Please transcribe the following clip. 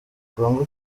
congo